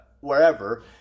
wherever